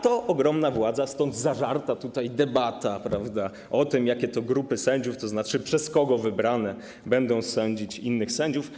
To ogromna władza, stąd zażarta debata o tym, jakie grupy sędziów, tzn. przez kogo wybrane, będą sądzić innych sędziów.